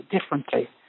differently